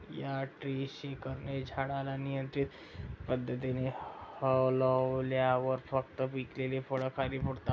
या ट्री शेकरने झाडाला नियंत्रित पद्धतीने हलवल्यावर फक्त पिकलेली फळे खाली पडतात